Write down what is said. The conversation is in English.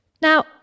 Now